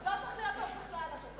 אז לא צריך להיות טוב בכלל, אתה צודק.